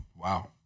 Wow